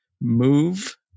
move